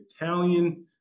Italian